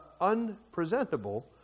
unpresentable